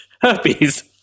Herpes